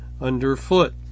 underfoot